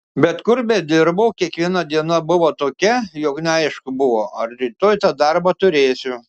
bet kur bedirbau kiekviena diena buvo tokia jog neaišku buvo ar rytoj tą darbą turėsi